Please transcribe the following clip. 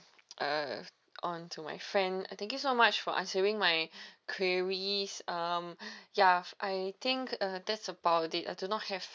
uh on to my friend uh thank you so much for answering my queries um ya I think uh that's about it I do not have